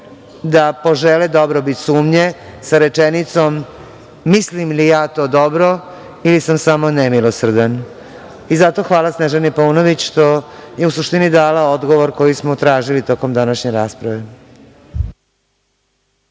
da požele dobrobit sumnje sa rečenicom - mislim li ja to dobro ili sam samo nemilosrdan. I zato hvala Snežani Paunović što je u suštini dala odgovor koji smo tražili tokom današnje rasprave.